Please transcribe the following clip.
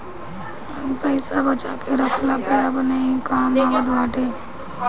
पईसा बचा के रखला पअ अपने ही काम आवत बाटे